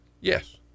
Yes